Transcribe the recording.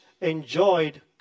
enjoyed